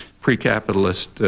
pre-capitalist